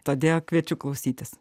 todėl kviečiu klausytis